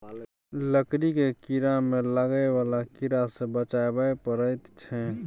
लकड़ी केँ लकड़ी मे लागय बला कीड़ा सँ बचाबय परैत छै